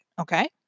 Okay